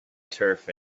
turf